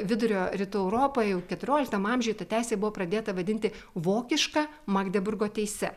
vidurio rytų europa jau keturioliktam amžiuj ta teisė buvo pradėta vadinti vokiška magdeburgo teise